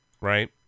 Right